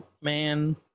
Man